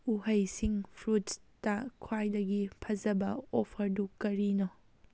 ꯎꯍꯩꯁꯤꯡ ꯐ꯭ꯔꯨꯠꯁꯇ ꯈ꯭ꯋꯥꯏꯗꯒꯤ ꯐꯖꯕ ꯑꯣꯐꯔꯗꯨ ꯀꯔꯤꯅꯣ